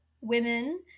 women